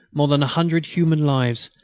more than a hundred human lives,